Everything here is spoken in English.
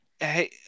Hey